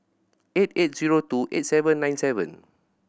eight eight zero two eight seven nine seven